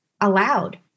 allowed